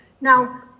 Now